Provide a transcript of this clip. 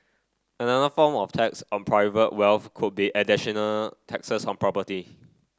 another form of tax on private wealth could be additional taxes on property